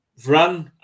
Vran